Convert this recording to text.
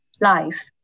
life